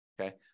Okay